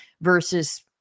versus